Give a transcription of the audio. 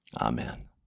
Amen